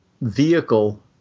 vehicle